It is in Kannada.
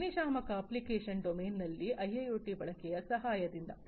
ಅಗ್ನಿಶಾಮಕ ಅಪ್ಲಿಕೇಶನ್ ಡೊಮೇನ್ನಲ್ಲಿ ಐಐಒಟಿ ಬಳಕೆಯ ಸಹಾಯದಿಂದ